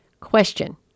Question